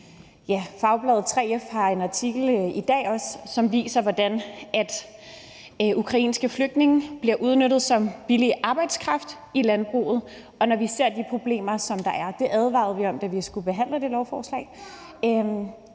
Fagbladet 3F har en artikel i dag, som viser, hvordan ukrainske flygtninge bliver udnyttet som billig arbejdskraft i landbruget. Og i forhold til de problemer, der er, advarede vi om det, da det lovforslag